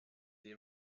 the